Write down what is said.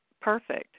perfect